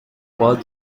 trois